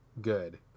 Good